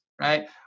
right